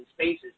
spaces